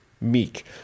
meek